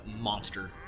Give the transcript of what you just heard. monster